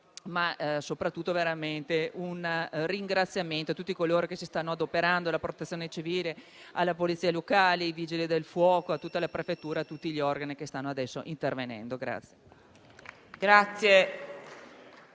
ma soprattutto un ringraziamento va a tutti coloro che si stanno adoperando, alla Protezione civile, alla Polizia locale, ai Vigili del fuoco, alla prefettura e a tutti gli organi che stanno adesso intervenendo.